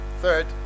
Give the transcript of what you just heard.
Third